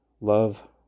Love